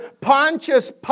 Pontius